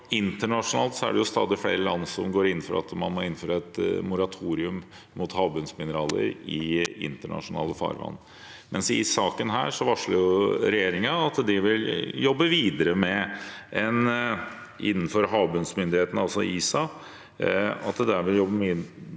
Internasjonalt er det stadig flere land som går inn for at man må innføre et moratorium for havbunnsmineraler i internasjonale farvann. I denne saken varsler regjeringen at de vil jobbe videre overfor havbunnsmyndigheten, altså ISA, med å få et